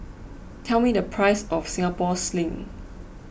tell me the price of Singapore Sling